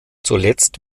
zuletzt